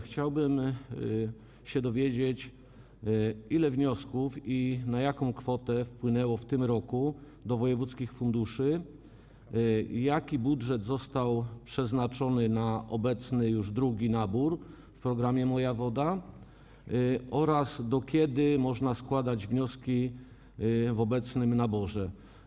Chciałbym się dowiedzieć, ile wniosków i na jaką kwotę wpłynęło w tym roku do wojewódzkich funduszy, jaki budżet został przeznaczony na obecny, już drugi nabór do programu „Moja woda” oraz do kiedy można składać wnioski w ramach obecnego naboru.